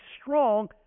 strong